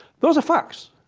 those are facts.